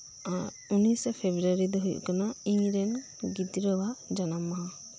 ᱟᱨ ᱩᱱᱤᱥᱮ ᱯᱷᱮᱵᱽᱵᱨᱟᱣᱟᱨᱤ ᱫᱚ ᱦᱳᱭᱳᱜ ᱠᱟᱱᱟ ᱤᱧᱨᱮᱱ ᱜᱤᱫᱽᱨᱟᱹᱣᱟᱜ ᱡᱟᱱᱟᱢ ᱢᱟᱦᱟ